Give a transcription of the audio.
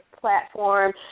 platform